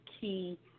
key